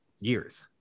years